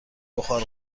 بخار